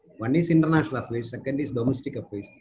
one is international affairs, second is domestic ah